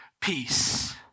peace